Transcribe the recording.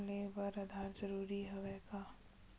ऋण ले बर आधार जरूरी हवय का?